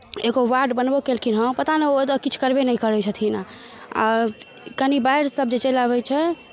एगो वार्ड बनबो केलखिन हँ पता नहि ओ तऽ किछु करबे नहि करै छथिन आ कनी बाढ़िसभ जे चलि आबै छै